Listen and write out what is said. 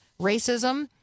racism